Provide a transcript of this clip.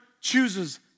chooses